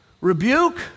Rebuke